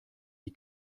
die